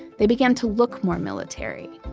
they began to look more military.